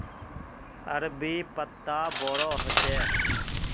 अरबी पत्ता बोडो होचे